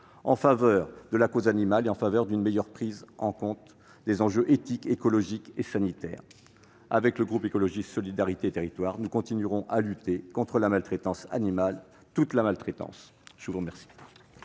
en faveur de la cause animale et d'une meilleure prise en compte des enjeux éthiques, écologiques et sanitaires. Le groupe Écologiste - Solidarité et Territoires continuera à lutter contre la maltraitance animale, toute la maltraitance. La parole